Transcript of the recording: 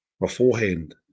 beforehand